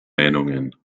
meinungen